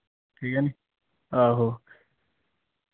ठीक ऐ निं आहो